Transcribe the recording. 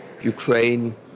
Ukraine